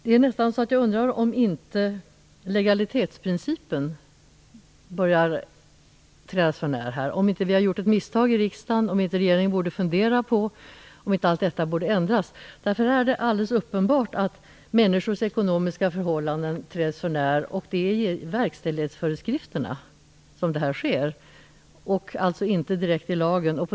Det är nästan så att jag undrar om inte legalitetsprincipen här börjar trädas för när, att vi har gjort ett misstag i riksdagen och om inte regeringen borde fundera på att allt detta borde ändras. Det är alldeles uppenbart att människors ekonomiska förhållanden träds för när i verkställighetsföreskrifterna, dvs. inte direkt i lagen.